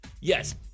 yes